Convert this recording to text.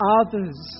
others